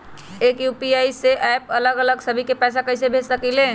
एक यू.पी.आई से अलग अलग सभी के पैसा कईसे भेज सकीले?